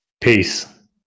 peace